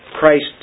Christ